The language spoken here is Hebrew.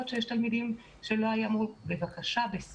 שיש תלמידים שלא היינו צריכים להוריד להם.